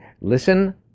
Listen